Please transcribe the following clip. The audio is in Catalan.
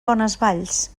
bonesvalls